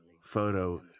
photo